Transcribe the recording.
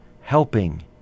helping